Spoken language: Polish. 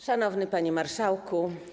Szanowny Panie Marszałku!